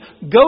Go